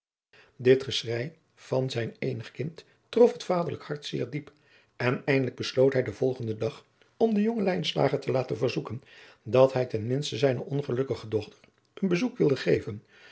dit geschrei van zijn eenig kind trof het vaderlijke hart zeer diep en eindelijk besloot hij den volgenden dag om den jongen lijnslager te laten verzoeken dat hij ten minste zijne ongelukkige dochter een bezoek wilde geven